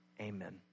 Amen